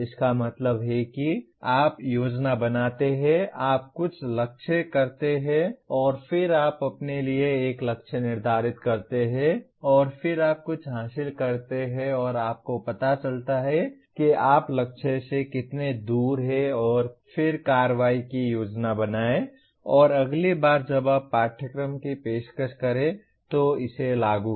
इसका मतलब है कि आप योजना बनाते हैं आप कुछ लक्ष्य करते हैं और फिर आप अपने लिए एक लक्ष्य निर्धारित करते हैं और फिर आप कुछ हासिल करते हैं और आपको पता चलता है कि आप लक्ष्य से कितने दूर हैं और फिर कार्रवाई की योजना बनाएं और अगली बार जब आप पाठ्यक्रम की पेशकश करें तो इसे लागू करें